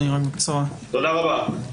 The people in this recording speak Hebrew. תודה רבה.